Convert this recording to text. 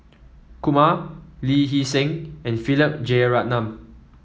Kumar Lee Hee Seng and Philip Jeyaretnam